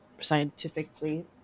scientifically